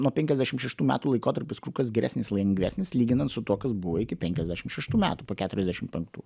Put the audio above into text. nuo penkiasdešim šeštų metų laikotarpis kur kas geresnis lengvesnis lyginant su tuo kas buvo iki penkiasdešim šeštų metų po keturiasdešim penktų